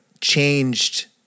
changed